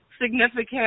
significant